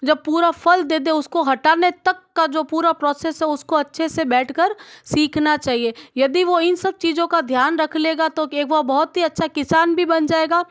जब पूरा फल दे दे उसको हटाने तक का जो पूरा प्रोसेस है उसको अच्छे से बैठकर सीखना चाहिए यदि वह इन सब चीज़ों का ध्यान रख लेगा तो वो बहुत ही अच्छा किसान भी बन जाएगा